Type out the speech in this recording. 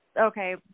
Okay